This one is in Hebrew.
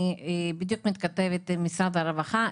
אני בדיוק מכתבת עם משרד הרווחה,